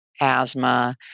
asthma